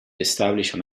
established